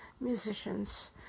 musicians